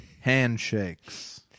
Handshakes